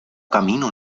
camino